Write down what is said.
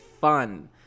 fun